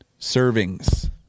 servings